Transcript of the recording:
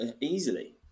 easily